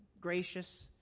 gracious